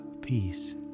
peace